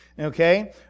Okay